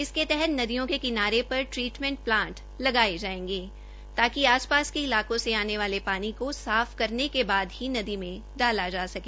इसके तहत नदियों के किनारे पर ट्रीटमेन्टे प्लांट लगाए जाएंगे तांकि आस पास के इलाकों से आने वाले पानी को साफ करने के बाद ही नदी में डाला जा सके